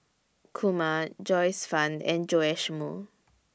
Kumar Joyce fan and Joash Moo